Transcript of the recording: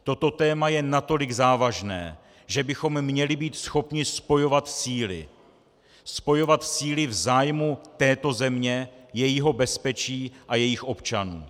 Toto téma je natolik závažné, že bychom měli být schopni spojovat síly v zájmu této země, jejího bezpečí a jejích občanů.